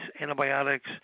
antibiotics